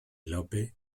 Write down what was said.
lope